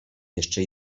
jeszcze